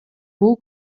бул